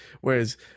whereas